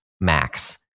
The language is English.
max